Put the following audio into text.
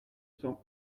semble